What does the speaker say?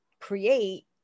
create